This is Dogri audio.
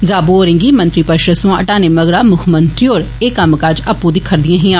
द्रावू होरे गी मंत्री परिशद सोया हटाने मगरा मुक्खमंत्री होर एह कम्मकाज आपू दिक्खा'र दियां हियां